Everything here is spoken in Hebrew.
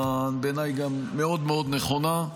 בעיניי היא גם מאוד מאוד נכונה.